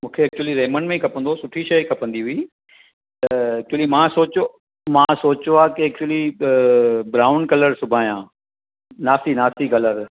मूंखे actually Raymond में ई खपंदो हो सुठी शइ खपंदी हुई त एक्चुअली मां सोचियो मां सोचियो आहे की एक्चुअली ब्राउन कलर सिबायां न थी न थी कलर